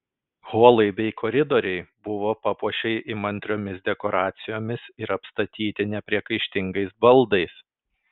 holai bei koridoriai buvo papuošei įmantriomis dekoracijomis ir apstatyti nepriekaištingais baldais